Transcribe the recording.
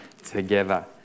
together